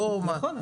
נכון.